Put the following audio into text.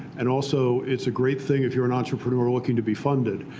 and also it's a great thing if you're an entrepreneur looking to be funded,